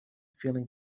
feeling